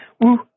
woo